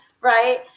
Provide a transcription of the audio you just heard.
right